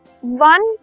one